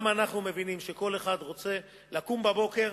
גם אנחנו מבינים שכל אחד רוצה לקום בבוקר,